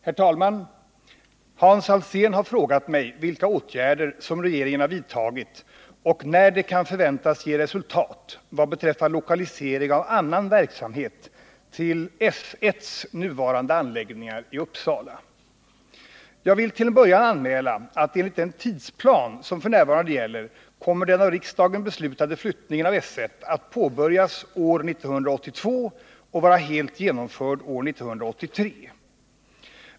Herr talman! Hans Alsén har frågat mig vilka åtgärder som regeringen har vidtagit och när de kan förväntas ge resultat vad beträffar lokalisering av annan verksamhet till S 1:s nuvarande anläggningar i Uppsala. Jag vill till en början anmäla att enligt den tidsplan som f. n. gäller kommer den av riksdagen beslutade flyttningen av S 1 att påbörjas år 1982 och vara helt genomförd år 1983.